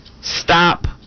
stop